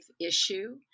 issue